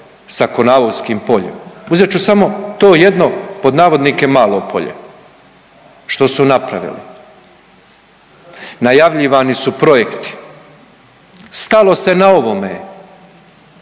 sa Konavovskim poljem. Uzet ću samo to jedno pod navodnike malo polje što su napravili. Najavljivani su projekti, stalo se na ovome,